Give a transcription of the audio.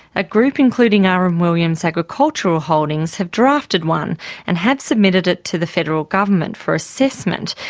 a group including r. m. williams agricultural holdings have drafted one and have submitted it to the federal government for assessment,